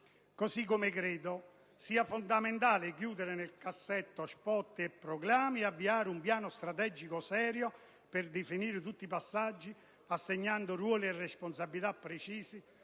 così come credo che sia fondamentale chiudere nel cassetto spot e proclami e avviare un piano strategico serio per definire tutti i passaggi, assegnando ruoli e responsabilità precise,